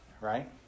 right